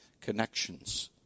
connections